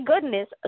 goodness